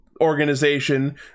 organization